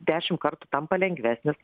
dešimtkart tampa lengvesnis